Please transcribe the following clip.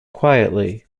quietly